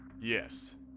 Yes